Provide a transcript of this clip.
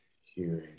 hearing